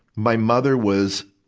my mother was,